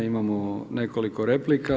Imamo nekoliko replika.